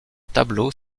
tableaux